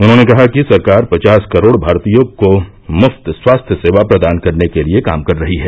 उन्होंने कहा कि सरकार पचास करोड़ भारतीयों को मुफ्त स्वास्थ्य सेवा प्रदान करने के लिए काम कर रही है